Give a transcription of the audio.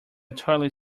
toilet